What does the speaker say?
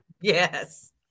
Yes